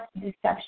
deception